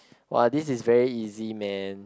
!wow! this is very easy man